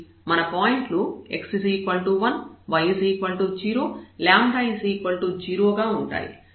మన పాయింట్లు x 1 y 0 0 గా ఉంటాయి